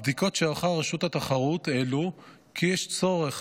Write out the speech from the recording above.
הבדיקות שערכה רשות התחרות העלו כי יש צורך